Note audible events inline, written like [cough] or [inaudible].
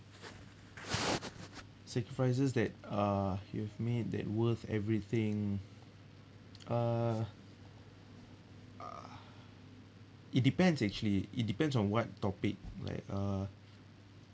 sacrifices that uh you've made that worth everything [noise] uh uh it depends actually it depends on what topic like uh